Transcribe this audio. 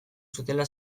zutela